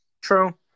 true